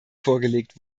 vorgelegt